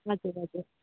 हजुर हजुर